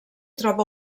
troba